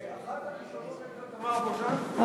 אחת הראשונות הייתה תמר גוז'נסקי.